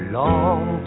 long